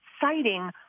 citing